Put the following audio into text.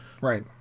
Right